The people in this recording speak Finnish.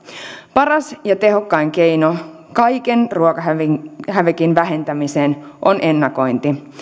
paras ja tehokkain keino kaiken ruokahävikin vähentämiseen on ennakointi